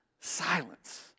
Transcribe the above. Silence